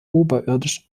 oberirdisch